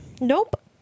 Nope